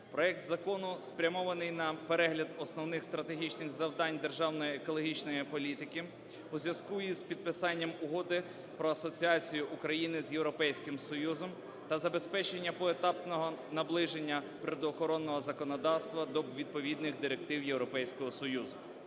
Проект Закону спрямований на перегляд основних стратегічних завдань державної екологічної політики у зв'язку із підписанням Угоди про асоціацію України з Європейським Союзом та забезпечення поетапного наближення природоохоронного законодавства до відповідних директив Європейського Союзу.